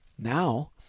Now